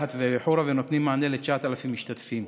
ברהט ובחורה, והם נותנים מענה ל-9,000 משתתפים,